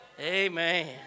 Amen